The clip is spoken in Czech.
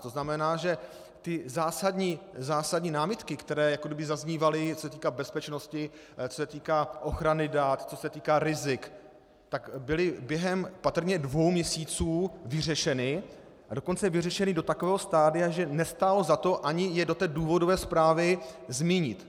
To znamená, že zásadní námitky, které jakoby zaznívaly, co se týká bezpečnosti, co se týká ochrany dat, co se týká rizik, byly během patrně dvou měsíců vyřešeny, a dokonce vyřešeny do takového stadia, že nestálo za to ani je do důvodové zprávy zmínit.